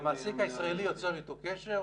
המעסיק הישראלי יוצר איתו קשר,